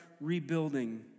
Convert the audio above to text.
rebuilding